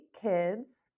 kids